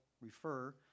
refer